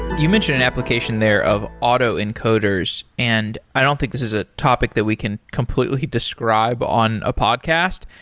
you mentioned an application there of auto encoders, and i don't think this is a topic that we can completely completely describe on a podcast.